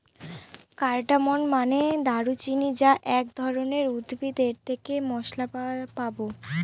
cardamom মানে দারুচিনি যা এক ধরনের উদ্ভিদ এর থেকে মসলা পাবো